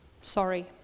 sorry